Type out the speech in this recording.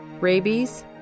Rabies